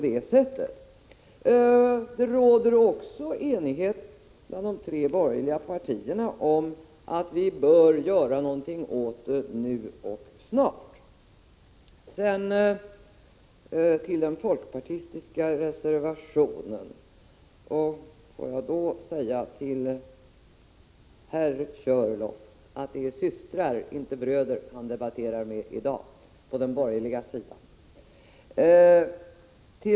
Det råder också enighet bland de tre borgerliga partierna om att vi bör göra någonting åt detta snart. Jag vill säga till herr Körlof att det i dag är systrar och inte bröder som han debatterar med på den borgerliga sidan.